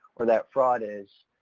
or that fraud is,